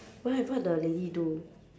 why what the lady do